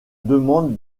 demande